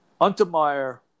Untermeyer